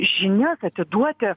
žinias atiduoti